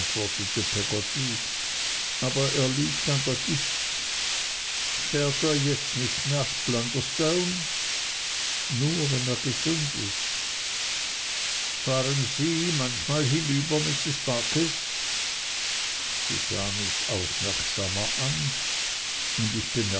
aber er liegt an der gicht fährt er jetzt nicht nach blunderstone nur wenn er gesund ist fahren sie manchmal hinüber mrs barkis sie sah mich aufmerksamer an und ich